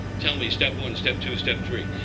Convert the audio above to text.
tell me step one, step two, step three.